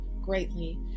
greatly